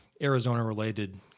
Arizona-related